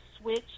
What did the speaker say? Switch